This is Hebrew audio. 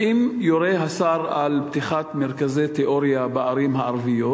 1. האם יורה השר על פתיחת מרכזי תיאוריה בערים הערביות?